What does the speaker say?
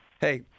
Hey